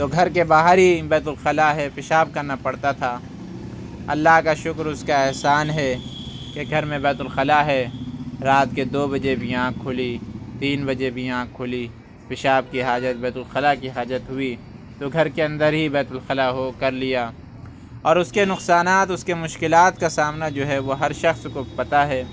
تو گھر کے باہر ہی بیت الخلاء ہے پیشاب کرنا پڑتا تھا اللہ کا شُکر اُس کا احسان ہے کہ گھر میں بیت الخلاء ہے رات کے دو بجے بھی آنکھ کُھلی تین بجے بھی آنکھ کُھلی پیشاب کی حاجت بیت الخلاء کی حاجت ہوئی تو گھر کے اندر ہی بیت الخلاء ہو کر لیا اور اُس کے نقصانات اُس کے مشکلات کا سامنا جو ہے وہ ہر شخص کو پتہ ہے